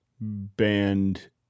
band